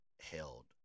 held